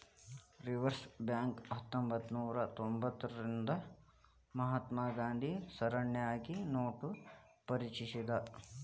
reserve bank ಹತ್ತೊಂಭತ್ನೂರಾ ತೊಭತಾರ್ರಿಂದಾ ರಿಂದ ಮಹಾತ್ಮ ಗಾಂಧಿ ಸರಣಿನ್ಯಾಗ ನೋಟ ಪರಿಚಯಿಸೇದ್